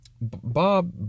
Bob